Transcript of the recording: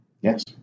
yes